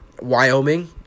Wyoming